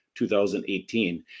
2018